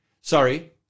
sorry